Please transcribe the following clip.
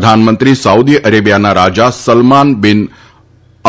પ્રધાનમંત્રી સાઉદી અરેબિયાના રાજા સલમાન બિન